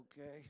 Okay